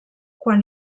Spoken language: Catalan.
quan